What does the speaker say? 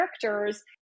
characters